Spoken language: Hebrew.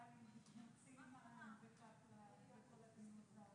נכון אבל גם מבחינת התקציב אני ביקשתי